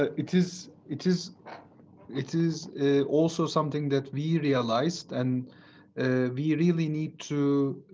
it is it is it is also something that we realized and ah we really need to